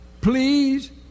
please